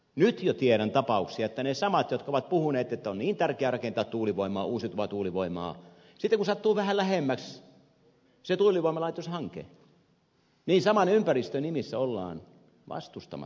nyt jo tiedän tapauksia että ne samat tahot jotka ovat puhuneet että on niin tärkeää rakentaa uusiutuvaa tuulivoimaa sitten kun sattuu vähän lähemmäksi se tuulivoimalaitoshanke ovat saman ympäristön nimissä vastustamassa sitä